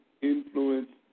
influence